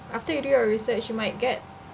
after you do your research you might get